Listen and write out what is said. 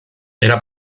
era